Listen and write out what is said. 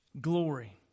glory